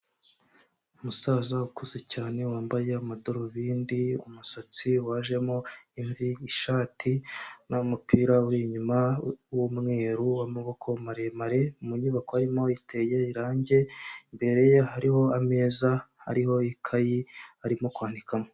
Umusaza ukuze cyane wambaye amadarubindi, umusatsi wajemo imvi, ishati n'umupira uri inyuma w'umweru w'amaboko maremare, mu nyubako arimo iteye irangi, imbere ye hariho ameza hariho ikayi, arimo kwandikamo.